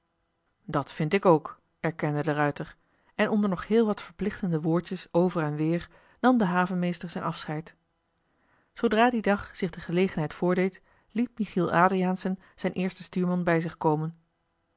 dat vind ik ook erkende de ruijter en onder nog heel wat verplichtende woordjes over en weer nam de havenmeester zijn afscheid zoodra dien dag zich de gelegenheid voordeed liet michiel adriaensen zijn eerste stuurman bij zich komen